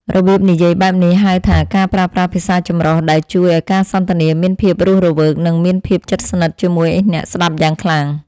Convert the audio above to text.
របៀបនិយាយបែបនេះហៅថាការប្រើប្រាស់ភាសាចម្រុះដែលជួយឱ្យការសន្ទនាមានភាពរស់រវើក និងមានភាពជិតស្និទ្ធជាមួយអ្នកស្តាប់យ៉ាងខ្លាំង។